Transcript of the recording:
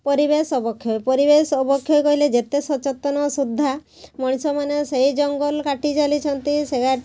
ପରିବେଶ ଅବକ୍ଷୟ ପରିବେଶ ଅବକ୍ଷୟ କହିଲେ ଯେତେ ସଚେତନ ସୁଦ୍ଧା ମଣିଷ ମାନେ ସେଇ ଜଙ୍ଗଲ କାଟି ଚାଲିଛନ୍ତି ସେୟା